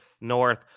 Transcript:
North